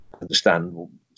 understand